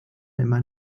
immer